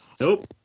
Nope